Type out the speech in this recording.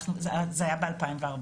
זה היה ב-2014,